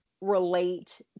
relate